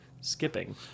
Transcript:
skipping